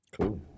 Cool